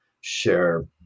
share